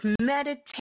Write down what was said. meditate